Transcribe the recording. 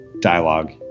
dialogue